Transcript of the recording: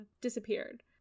disappeared